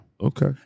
Okay